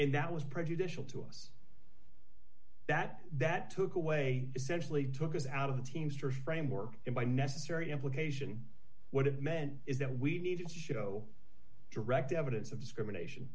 and that was prejudicial to us that that took away essentially took us out of the teamsters framework and by necessary implication what it meant is that we need to show direct evidence of discrimination